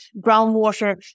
groundwater